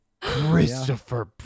Christopher